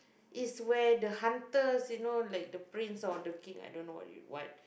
is where the hunters you know like the prince or the king I don't know you what